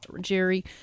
Jerry